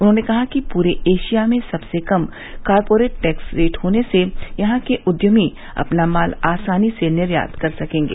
उन्होंने कहा कि पूरे एशिया में सबसे कम कॉरपोरेट टैक्स रेट होने से यहां के उद्यमी अपना माल आसानी से निर्यात कर सकेंगे